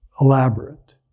elaborate